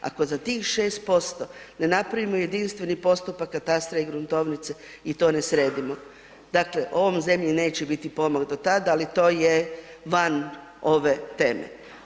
Ako za tih 6% ne napravimo jedinstveni postupak katastra i gruntovnice i to ne sredimo, dakle u ovoj zemlji neće biti pomak do tada, ali to je van ove teme.